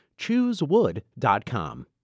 ChooseWood.com